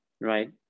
right